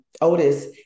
Otis